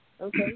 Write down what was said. Okay